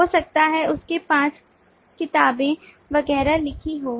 हो सकता है उसने पाँच किताबें वगैरह लिखी हों